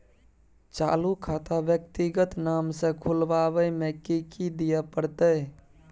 चालू खाता व्यक्तिगत नाम से खुलवाबै में कि की दिये परतै?